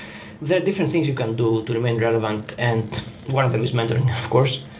there are different things you can do to remain relevant and one of them is mentoring, of course.